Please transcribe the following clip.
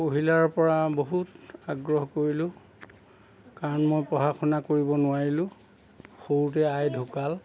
পহিলাৰপৰা বহুত আগ্ৰহ কৰিলোঁ কাৰণ মই পঢ়া শুনা কৰিব নোৱাৰিলোঁ সৰুতে আই ঢুকাল